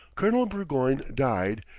colonel burgoyne died,